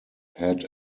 had